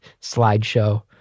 slideshow